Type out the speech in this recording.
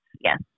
yes